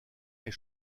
est